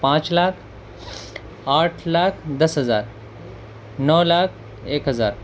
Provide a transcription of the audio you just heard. پانچ لاکھ آٹھ لاکھ دس ہزار نو لاکھ ایک ہزار